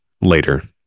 later